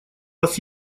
вас